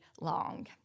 long